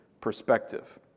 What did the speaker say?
perspective